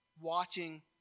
watching